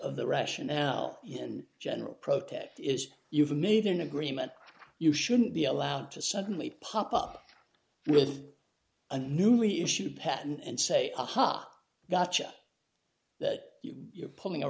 of the rationale in general protest is you've made an agreement you shouldn't be allowed to suddenly pop up with a newly issued patent and say aha gotcha that you are pulling a